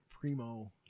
primo